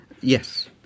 yes